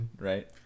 right